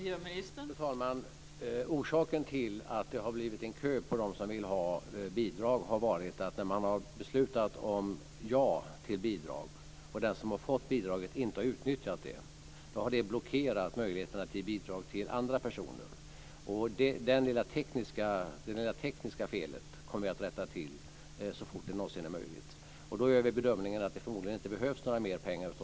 Fru talman! Det finns en orsak till att det har blivit en kö för dem som vill ha bidrag. När man har beslutat att ge bidrag och den som har fått bidraget inte har utnyttjat det har möjligheterna att ge bidrag till andra personer blockerats. Det lilla tekniska felet kommer vi att rätta till så fort som det någonsin är möjligt. Därför gör vi bedömningen att det förmodligen inte behövs mer pengar.